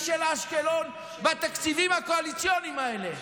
של אשקלון בתקציבים הקואליציוניים האלה?